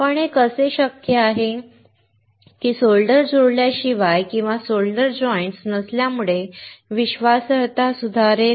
पण हे कसे शक्य आहे की सोल्डर जोडल्याशिवाय किंवा सोल्डर जॉइंट्स नसल्यामुळे विश्वासार्हता सुधारेल